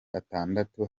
atandatu